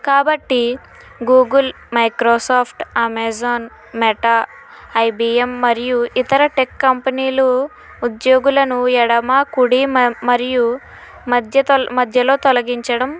కాబట్టి Google Microsoft Amazon Meta IBM మరియు ఇతర టెక్ కంపెనీలు ఉద్యోగులను ఎడమ కుడి మరియు మధ్యలో తొలగించడం